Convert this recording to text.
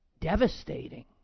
devastating